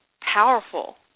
powerful